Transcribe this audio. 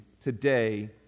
today